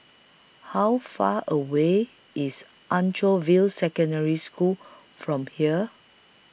How Far away IS Anchorvale Secondary School from here